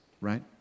right